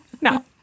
no